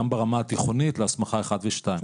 גם ברמה התיכונית להסמכה 1 ו-2.